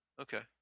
Okay